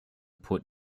put